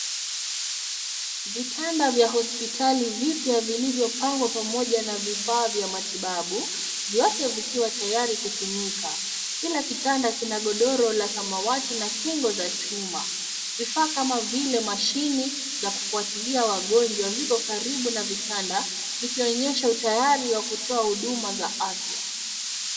Vitanda vya hospitali vimepangwa pamoja na vifaa vya matibabu, vyote vikiwa tayari kutumika. Kila kitanda kina godoro la samawati na kingo za chuma. Vifaa kama vile mashine za kufuatilia wagonjwa viko karibu na vitanda, vikionyesha utayari wa kutoa huduma za afya.